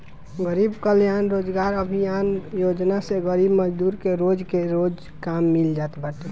गरीब कल्याण रोजगार अभियान योजना से गरीब मजदूर के रोज के रोज काम मिल जात बाटे